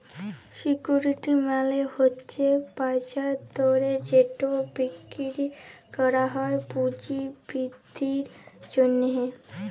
security মালে হছে বাজার দরে যেট বিক্কিরি ক্যরা যায় পুঁজি বিদ্ধির জ্যনহে